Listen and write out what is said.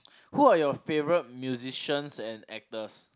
who are your favourite musicians and actors